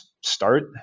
start